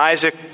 Isaac